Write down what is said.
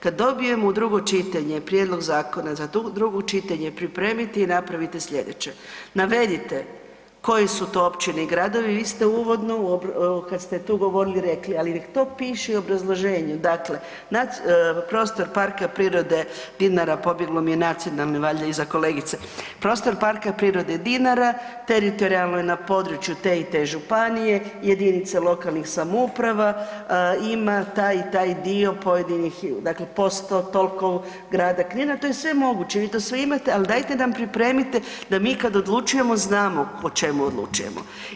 Kad dobijemo u drugo čitanje prijedlog zakona za drugo čitanje pripremite i napravite sljedeće: navedite koje su to općine i gradovi, vi ste uvodno u, kad ste tu govorili rekli, ali nek to piše i u obrazloženju, dakle, prostor Parka prirode Dinara, pobjeglo mi je nacionalni iza kolegice, prostor Parka prirode Dinara, teritorijalno je na području te i te županije, jedinice lokalnih samouprava, ima taj i taj dio pojedinih, dakle posto toliko grada Knina, to je sve moguće, vi to sve imate, ali dajte nam pripremite, da mi kad odlučujemo znamo o čemu odlučujemo.